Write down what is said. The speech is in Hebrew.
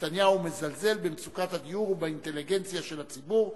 נתניהו מזלזל במצוקת הדיור ובאינטליגנציה של הציבור.